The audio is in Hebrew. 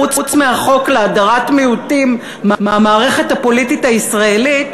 חוץ מהחוק להדרת מיעוטים מהמערכת הפוליטית הישראלית,